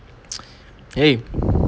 !hey!